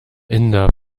inder